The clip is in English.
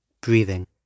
Breathing